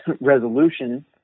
resolution